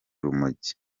urumogi